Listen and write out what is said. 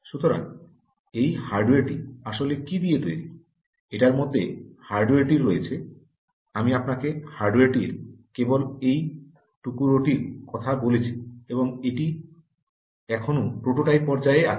সুতরাং এই হার্ডওয়্যারটি আসলে কি দিয়ে তৈরি এটার মধ্যে হার্ডওয়্যারটি রয়েছে আমি আপনাকে হার্ডওয়্যারটির কেবল এই টুকরোটির কথা বলছি এবং এটি এখনো প্রোটোটাইপ পর্যায়ে আছে